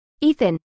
Ethan